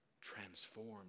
transformed